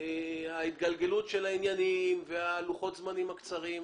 ההתגלגלות של העניינים ולוחות הזמנים הקצרים.,